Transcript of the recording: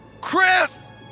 Chris